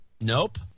Nope